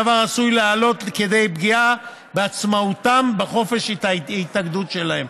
הדבר עשוי לעלות כדי פגיעה בעצמאותם ובחופש ההתאגדות שלהם.